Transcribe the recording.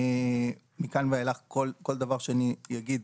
מכאן ואילך כל דבר שאני אגיד